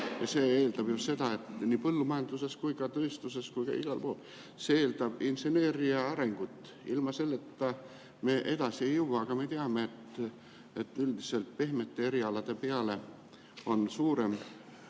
See eeldab nii põllumajanduses kui ka tööstuses kui ka igal pool mujal inseneeria arengut, ilma selleta me edasi ei jõua. Aga me teame, et üldiselt pehmete erialade peale on suurem